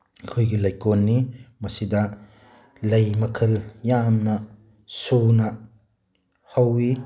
ꯑꯩꯈꯣꯏꯒꯤ ꯂꯩꯀꯣꯜꯅꯤ ꯃꯁꯤꯗ ꯂꯩ ꯃꯈꯜ ꯌꯥꯝꯅ ꯁꯨꯅ ꯍꯧꯋꯤ